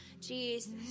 Jesus